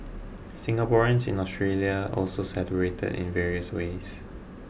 Singaporeans in Australia also celebrated in various ways